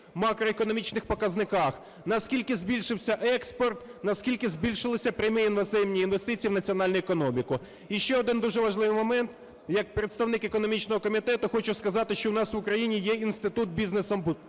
макроекономічних показниках: наскільки збільшився експорт, наскільки збільшились прямі іноземні інвестиції в національну економіку. І ще один дуже важливий момент. Як представник економічного комітету хочу сказати, що в нас в Україні є інститут бізнес-омбудсмена.